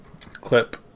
clip